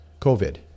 COVID